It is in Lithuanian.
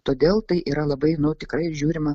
todėl tai yra labai nu tikrai žiūrima